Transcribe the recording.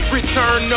Return